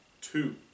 two